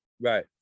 right